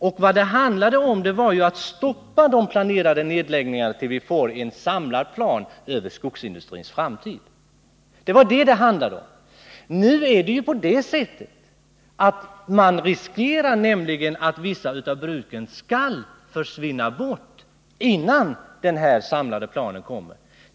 Vad motionen handlade om var att stoppa alla de planerade nedläggningarna tills vi fått en samlad plan för skogsindustrins framtid. Nu är det nämligen på det sättet att man riskerar att vissa av bruken försvinner innan den samlade planen kommer.